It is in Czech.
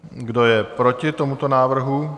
Kdo je proti tomuto návrhu?